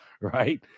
right